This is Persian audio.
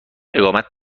اقامت